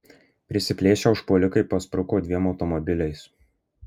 prisiplėšę užpuolikai paspruko dviem automobiliais